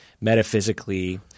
metaphysically